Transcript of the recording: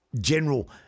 general